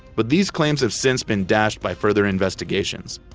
but these claims have since been dashed by further investigations.